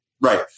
Right